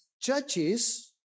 churches